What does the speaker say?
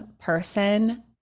person